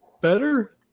better